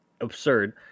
Absurd